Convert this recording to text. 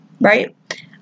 right